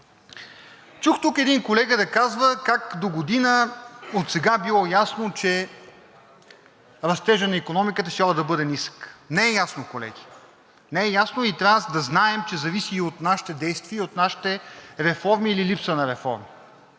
Чух тук един колега да казва как догодина, отсега било ясно, че растежът на икономиката щял да бъде нисък. Не е ясно, колеги. Не е ясно и трябва да знаем, че зависи и от нашите действия, и от нашите реформи или липса на реформи.